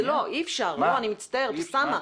אי אפשר, אני מצטערת, אוסאמה.